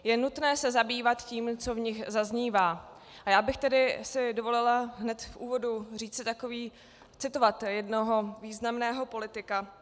Je nutné se zabývat tím, co v nich zaznívá, a já bych si tedy dovolila hned v úvodu říci takový... citovat jednoho významného politika.